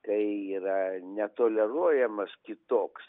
kai yra netoleruojamas kitoks